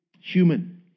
Human